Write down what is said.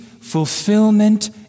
fulfillment